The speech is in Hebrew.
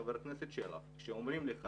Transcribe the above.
חבר הכנסת שלח, כשאומרים לך